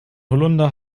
holunder